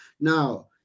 Now